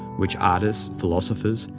which artists, philosophers,